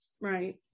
Right